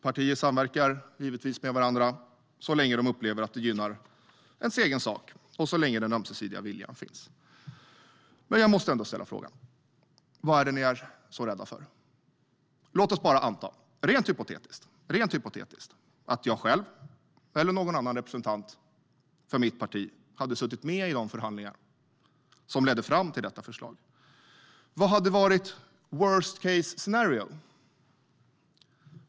Partier samverkar givetvis med varandra så länge de upplever att det gynnar ens egen sak och så länge den ömsesidiga viljan finns. Men jag måste ändå få ställa frågan: Vad är ni så rädda för? Låt oss anta, rent hypotetiskt, att jag själv eller någon annan representant för mitt parti hade suttit med i de förhandlingar som ledde fram till detta förslag. Vad hade varit worst case scenario?